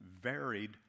Varied